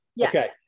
Okay